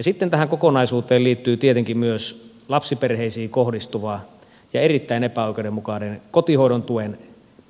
sitten tähän kokonaisuuteen liittyy tietenkin myös lapsiperheisiin kohdistuva ja erittäin epäoikeudenmukainen kotihoidon tuen